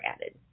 added